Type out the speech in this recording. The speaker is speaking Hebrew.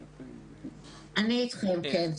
אני אתכם, כן.